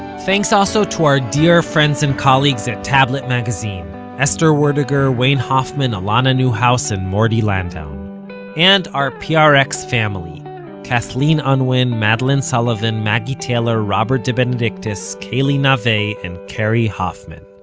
thanks also to our dear friends and colleagues at tablet magazine esther werdiger, wayne hoffman, alana newhouse and morty landowne and our prx our prx family kathleen unwin, madeleine sullivan, maggie taylor, robert debenedictis, kali nave and kerri hoffman